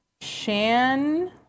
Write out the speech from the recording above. Shan